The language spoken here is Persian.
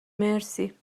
مرسی